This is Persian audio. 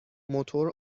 موتور